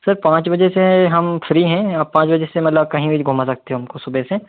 sir पाँच बजे से हम फ़्री हैं आप पाँच बजे से मतलब कहीं भी घुमा सकते हो हमको सुबह से